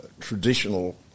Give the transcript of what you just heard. traditional